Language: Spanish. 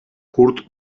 kurt